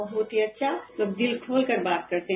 बहुत ही अच्छा दिल खोलकर बात करते हैं